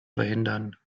verhindern